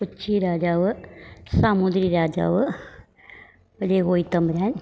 കൊച്ചി രാജാവ് സാമൂതിരി രാജാവ് വലിയ കോയിത്തമ്പുരാൻ